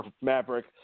Maverick